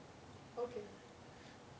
okay